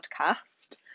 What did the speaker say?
podcast